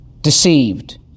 deceived